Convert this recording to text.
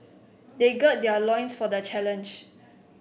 they gird their loins for the challenge